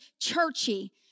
churchy